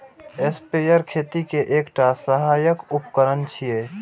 sprayer खेती के एकटा सहायक उपकरण छियै